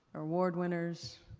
award-winners,